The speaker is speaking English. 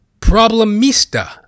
Problemista